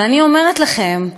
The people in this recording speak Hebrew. ואני אומרת לכם,